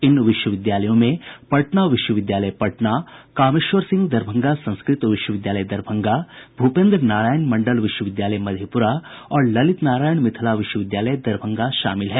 इन विश्वविद्यालयों में पटना विश्वविद्यालय पटना कामेश्वर सिंह दरभंगा संस्कृत विश्वविद्यालय दरभंगा भूपेन्द्र नारायण मंडल विश्वविद्यालय मधेपुरा और ललित नारायण मिथिला विश्वविद्यालय दरभंगा शामिल है